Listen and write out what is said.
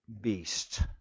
beast